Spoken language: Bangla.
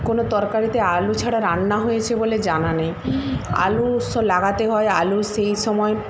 কোনো তরকারিতে আলু ছাড়া রান্না হয়েছে বলে জানা নেই আলু স লাগাতে হয় আলু সেই সময়